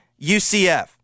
UCF